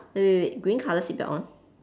wait wait wait green colour seat belt on